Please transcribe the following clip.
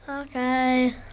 Okay